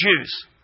Jews